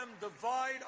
divide